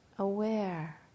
aware